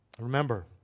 Remember